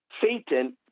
Satan